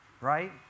right